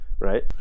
right